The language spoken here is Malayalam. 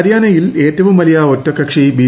ഹരിയാനയിൽ ഏറ്റവും വലിയ ഒറ്റകക്ഷി ബി